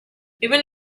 even